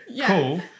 cool